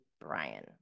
Brian